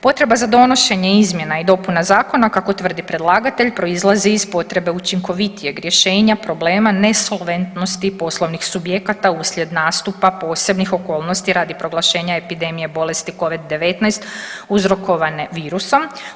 Potreba za donošenje izmjena i dopuna zakona kako tvrdi predlagatelj proizlazi iz potrebe učinkovitijeg rješenja problema nesolventnosti poslovnih subjekata uslijed nastupa posebnih okolnosti radi proglašenja epidemije bolesti covid-19 uzrokovane virusom.